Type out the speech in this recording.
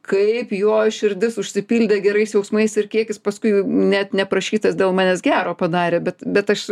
kaip jo širdis užsipildė gerais jausmais ir kiek jis paskui net neprašytas dėl manęs gero padarė bet bet aš